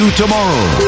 tomorrow